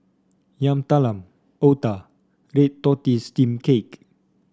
Yam Talam otah Red Tortoise Steamed Cake